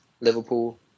Liverpool